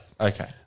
Okay